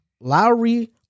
Lowry